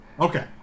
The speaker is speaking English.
okay